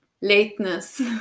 lateness